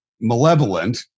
malevolent